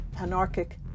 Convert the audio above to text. anarchic